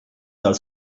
dal